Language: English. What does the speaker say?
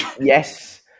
yes